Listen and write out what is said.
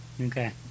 Okay